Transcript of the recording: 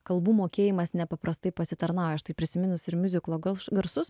kalbų mokėjimas nepaprastai pasitarnavo štai prisiminus ir miuziklo garš garsus